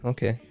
Okay